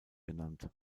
genannt